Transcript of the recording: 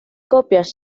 copias